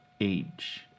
age